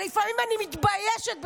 לפעמים אני מתביישת בך.